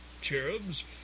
cherubs